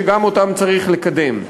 שגם אותם צריך לקדם.